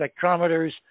spectrometers